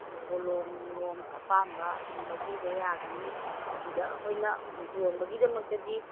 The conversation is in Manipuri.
ꯀꯣꯂꯣꯝ ꯅꯨꯡꯂꯣꯝ ꯑꯄꯥꯝꯕ ꯑꯗꯨꯝ ꯂꯧꯕꯤꯕ ꯌꯥꯒꯅꯤ ꯑꯗꯨꯗ ꯑꯩꯈꯣꯏꯅ ꯌꯣꯟꯕꯒꯤꯗꯃꯛꯇꯗꯤ